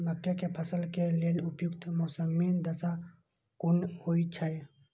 मके के फसल के लेल उपयुक्त मौसमी दशा कुन होए छै?